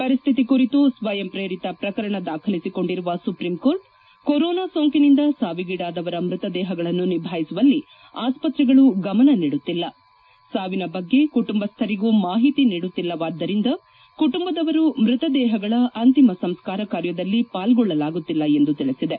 ಪರಿಸ್ಥಿತಿ ಕುರಿತು ಸ್ವಯಂಪ್ರೇರಿತ ಪ್ರಕರಣ ದಾಖಲಿಸಿಕೊಂಡಿರುವ ಸುಪ್ರೀಂ ಕೋರ್ಟ್ ಕೊರೋನಾ ಸೋಂಕಿನಿಂದ ಸಾವಿಗೀಡಾದವರ ಮೃತದೇಹಗಳನ್ನು ನಿಭಾಯಿಸುವಲ್ಲಿ ಆಸ್ಪತ್ತೆಗಳು ಗಮನ ನೀಡುತ್ತಿಲ್ಲ ಸಾವಿನ ಬಗ್ಗೆ ಕುಟುಂಬಸ್ವರಿಗೂ ಮಾಹಿತಿ ನೀಡುತ್ತಿಲ್ಲವಾದ್ದರಿಂದ ಕುಟುಂಬದವರು ಮೃತದೇಹಗಳ ಅಂತಿಮಸಂಸ್ಕಾರ ಕಾರ್ಯದಲ್ಲಿ ಪಾಲ್ಗೊಳ್ಳಲಾಗುತ್ತಿಲ್ಲ ಎಂದು ತಿಳಿಸಿದೆ